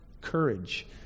courage